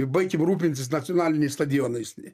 baikim rūpintis nacionaliniais stadionais